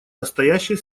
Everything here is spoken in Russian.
настоящая